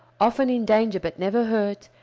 often in danger but never hurt,